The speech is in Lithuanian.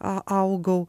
a augau